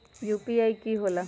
UPI कि होला?